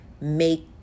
make